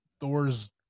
Thor's